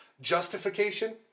Justification